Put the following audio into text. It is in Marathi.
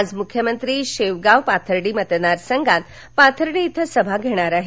आज मुख्यमंत्री शेवगाव पाथर्डी मतदारसंघात पाथर्डी इथं सभा घेणार आहेत